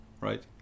right